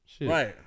right